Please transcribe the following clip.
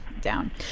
down